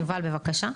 יובל, בבקשה.